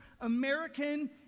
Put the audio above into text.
American